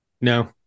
No